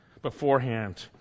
beforehand